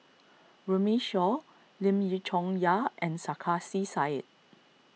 Runme Shaw Lim Chong Yah and Sarkasi Said